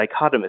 dichotomous